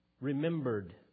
remembered